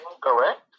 Correct